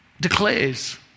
declares